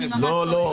לא.